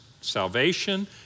salvation